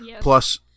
Plus